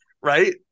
Right